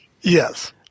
yes